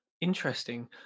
Interesting